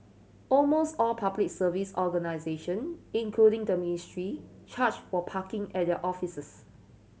almost all Public Service organisation including the ministry charge for parking at their offices